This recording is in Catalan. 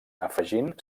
afegint